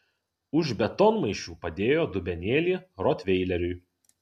už betonmaišių padėjo dubenėlį rotveileriui